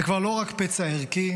זה כבר לא רק פצע ערכי,